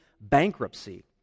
bankruptcy